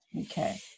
Okay